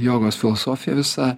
jogos filosofija visa